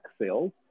sales